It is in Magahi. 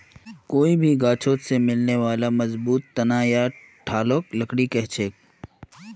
कोई भी गाछोत से मिलने बाला मजबूत तना या ठालक लकड़ी कहछेक